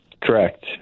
Correct